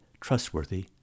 trustworthy